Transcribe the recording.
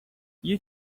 you